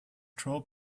troll